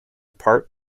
part